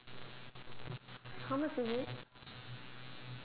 how much is it